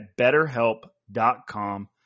BetterHelp.com